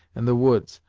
and the woods,